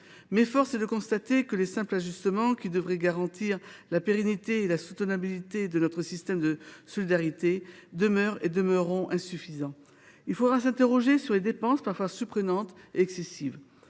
force est de constater que les simples ajustements qui devraient garantir la pérennité et la soutenabilité de notre système de solidarité demeurent, et demeureront, insuffisants. Il faudra s’interroger sur les dépenses parfois surprenantes et excessives.